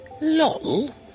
Lol